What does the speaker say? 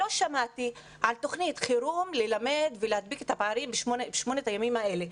לא שמעתי על תכנית חירום ללמד ולהדביק את הפערים בשמונת הימים האלה.